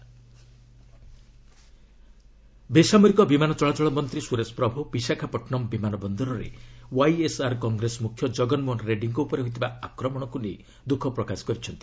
Suresh Prabhu Reddy attack ବେସାମରିକ ବିମାନ ଚଳାଚଳ ମନ୍ତ୍ରୀ ସୁରେଶ ପ୍ରଭୁ ବିଶାଖାପଟ୍ଟନମ୍ ବିମାନ ବନ୍ଦରରେ ୱାଇଏସ୍ଆର୍ କଂଗ୍ରେସ ମୁଖ୍ୟ ଜଗନ୍ମୋହନ ରେଡ଼ୀଙ୍କ ଉପରେ ହୋଇଥିବା ଆକ୍ରମଣକୁ ନେଇ ଦୁଃଖ ପ୍ରକାଶ କରିଛନ୍ତି